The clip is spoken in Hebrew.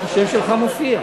השם שלך מופיע.